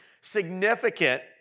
significant